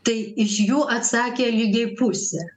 tai iš jų atsakė lygiai pusė